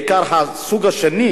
בעיקר הסוג השני,